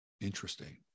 Interesting